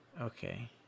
Okay